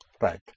Right